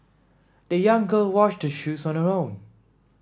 the young girl washed her shoes on her own